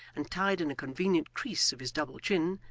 and tied in a convenient crease of his double chin,